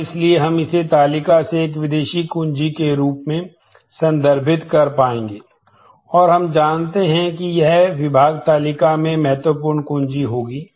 और इसलिए हम इसे इस तालिका से एक विदेशी कुंजी के रूप में संदर्भित कर पाएंगे और हम जानते हैं कि यह विभाग तालिका में महत्वपूर्ण कुंजी होगी